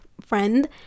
friend